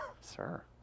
Sir